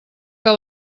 que